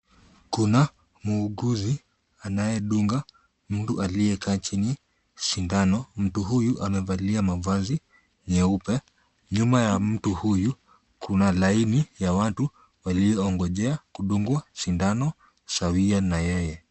Kuna muuguzi anayedunga mtu aliyekaa chini sindano. Mtu huyu amevalia mavazi nyeupe. Nyuma ya mtu huyu, kuna laini ya watu walioongojea kudungwa sindano sawia na yeye.